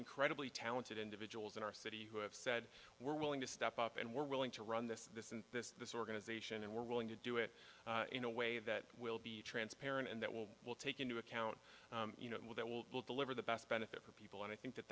incredibly talented individuals in our city who have said we're willing to step up and we're willing to run this this and this this organization and we're willing to do it in a way that will be transparent and that will will take into account you know will that will deliver the best benefit for people and i think that